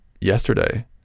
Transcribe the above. yesterday